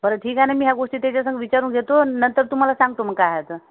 बरं ठीक आहे ना मी या गोष्टी त्याच्यातून विचारून घेतो आणि नंतर तुम्हाला सांगतो मग काय आहे तर